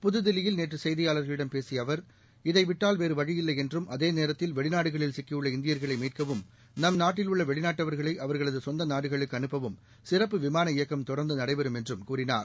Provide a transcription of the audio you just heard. புதுதில்லியில் நேற்று செய்தியாளர்களிடம் பேசிய அவர் இதைவிட்டால் வேறு வழியில்லை என்றும் அதேநேரத்தில் வெளிநாடுகளில் சிக்கியுள்ள இந்தியர்களை மீட்கவும் நம்நாட்டில் உள்ள வெளிநாட்டவர்களை அவர்களது சொந்த நாடுகளுக்கு அனுப்பவும் சிறப்பு விமான இயக்கம் தொடர்ந்து நடைபெறும் என்றும் கூறினார்